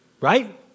right